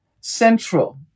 central